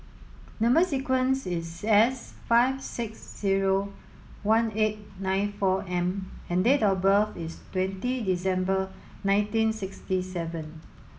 number sequence is S five six zero one eight nine four M and date of birth is twenty December nineteen sixty seven